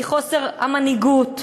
היא חוסר המנהיגות,